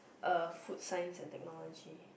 uh food science and technology